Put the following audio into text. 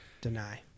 deny